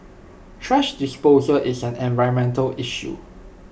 thrash disposal is an environmental issue